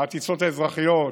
הטיסות האזרחיות,